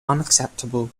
unacceptable